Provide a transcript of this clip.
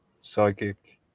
psychic